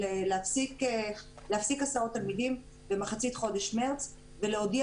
להפסיק הסעות תלמידים במחצית חודש מארס ולהודיע